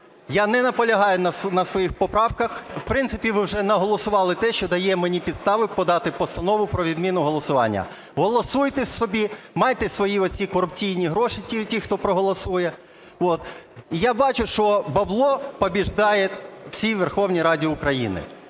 Я не наполягаю на своїх поправках. В принципі, ви вже наголосували те, що дає мені підставу подати постанову про відміну голосування. Голосуйте собі, майте свої оці корупційні гроші, ті, хто проголосує. І я бачу, що "бабло побеждает" в цій Верховній Раді України.